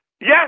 yes